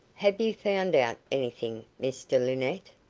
have you found out anything, mr linnett?